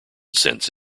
sense